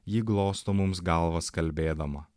ji glosto mums galvas kalbėdama